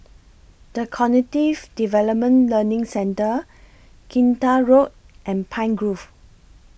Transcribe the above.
The Cognitive Development Learning Centre Kinta Road and Pine Grove